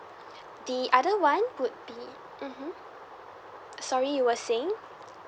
the other one would be mmhmm sorry you were saying